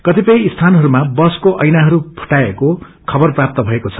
कतिपय स्थानहरूमा बसको ऐनाहरू फुटाईएको खवर प्राप्त भएको छ